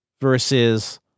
versus